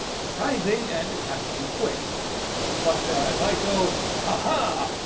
surprising and it has to be quick but if i go ha ha!